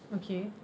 okay